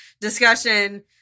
discussion